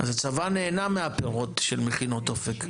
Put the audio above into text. אז הצבא נהנה מהפירות של מכינות אופק,